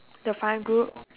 the fun group